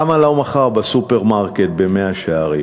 למה לא מחר בסופרמרקט במאה-שערים?